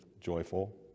joyful